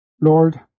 Lord